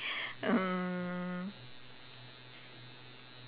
mm